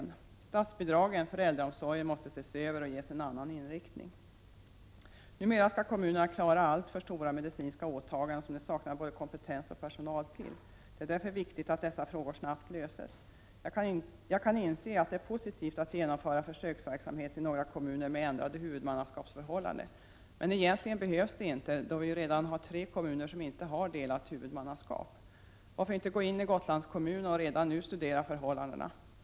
Statsbidragen för äldreomsorgen måste ses över och ges en annan inriktning. Numera skall kommunerna klara alltför stora medicinska åtaganden, som de saknar både kompetens och personal till. Det är därför viktigt att dessa frågor snabbt löses. Jag kan inse att det är positivt att genomföra försöksverksamhet i några kommuner med ändrade huvudmannaskapsförhållanden. Men egentligen behövs det inte, då vi ju redan har tre kommuner som inte har delat huvudmannaskap. Varför inte gå in i Gotlands kommun och redan nu studera förhållandena?